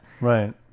Right